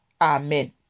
Amen